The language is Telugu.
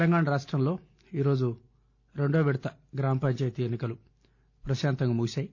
తెలంగాణ రాష్టంలో ఈరోజు రెండవ విడత గ్రామపంచాయతీ ఎన్ని కలు ప్రశాంతంగా ముగిసాయి